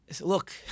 Look